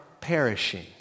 perishing